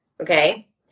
Okay